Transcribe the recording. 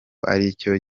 aricyo